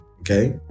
okay